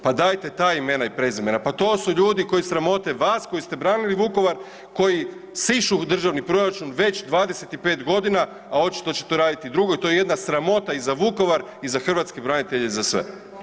Pa dajte ta imena i prezimena, pa to su ljudi koji sramote vas koji ste branili Vukovar koji sišu državni proračun već 25.g., a očito će to raditi i drugo i to je jedna sramota i za Vukovar i za hrvatske branitelje i za sve.